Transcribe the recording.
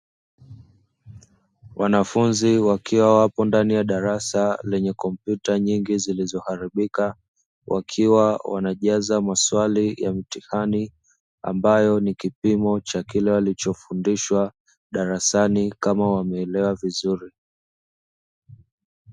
Wanafunzi wakiwa wapo ndani ya darasa lenye kompyuta nyingi zilizoharibika, wakiwa wanajaza maswali ya mitihani ambayo ni kipimo cha kile walichofundishwa darasani kama wameelewa vizuri.